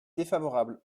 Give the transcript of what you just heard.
défavorable